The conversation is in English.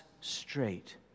straight